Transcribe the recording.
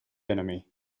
enemy